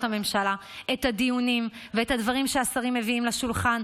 הממשלה את הדיונים ואת הדברים שהשרים מביאים לשולחן,